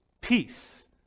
peace